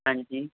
ਹਾਂਜੀ